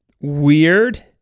weird